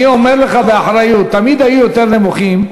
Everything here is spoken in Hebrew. אני אומר לך באחריות: תמיד היו יותר נמוכים.